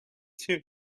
too